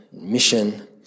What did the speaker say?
mission